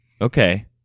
Okay